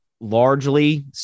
largely